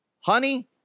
honey